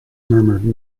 murmured